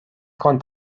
kont